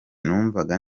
numvaga